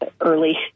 early